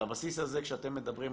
על הבסיס הזה כשאתם מדברים,